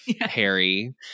Harry